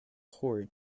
horrid